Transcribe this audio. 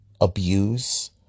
abuse